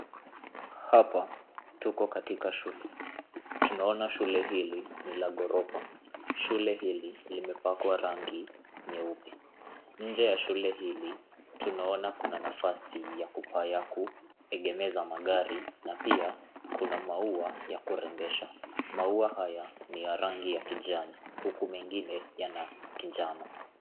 Hapa tuko katika shule, tunaona shule hili ni la ghorofa. Shule hili limepakwa rangi nyeupe. Nje ya shule hili tunaona kuna nafasi ya kuegemeza magari na pia kuna maua ya kurembesha. Maua haya ni rangi ya kijani huku mengine yana kinjano.